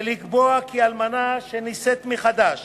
ולקבוע כי אלמנה שנישאת מחדש